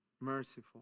merciful